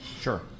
Sure